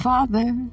Father